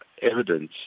evidence